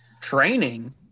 Training